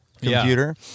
computer